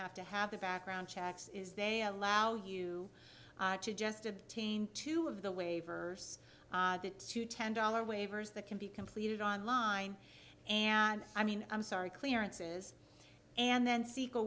have to have the background checks is they allow you to just obtain two of the waivers that two ten dollar waivers that can be completed on line and i mean i'm sorry clearances and then seek a